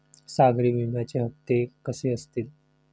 सागरी विम्याचे हप्ते कसे असतील?